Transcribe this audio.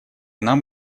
нам